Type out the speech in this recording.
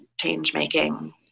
change-making